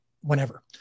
whenever